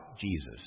Jesus